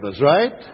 right